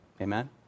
Amen